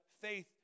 faith